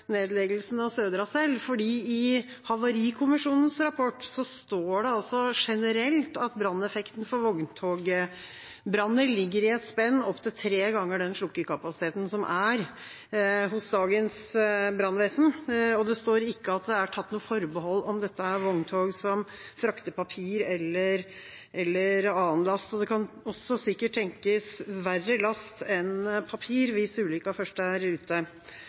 nedleggelsen av Södra Cell, for i Havarikommisjonens rapport står det generelt at branneffekten for vogntogbranner ligger i et spenn opptil tre ganger den slokkekapasiteten som er hos dagens brannvesen. Det står ikke at det er tatt noe forbehold om hvorvidt dette er vogntog som frakter papir eller annen last. Det kan også sikkert tenkes verre last enn papir hvis ulykken først er ute.